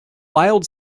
wild